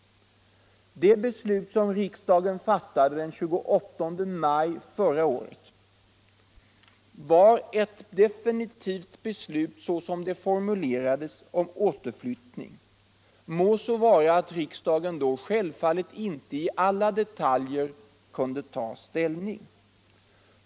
Det beslut som riksdagen fattade den 28 maj förra året var eu definitivt beslut. såsom det formulerades, om återflyttning. Må så vara att riksdagen självfallet inte i alla detaljer kunde ta ställning.